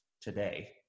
today